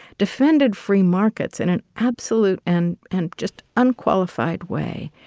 defended free markets in an absolute and and just unqualified way,